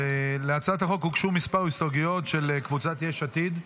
להצעת החוק הוגשו כמה הסתייגויות של קבוצת יש עתיד.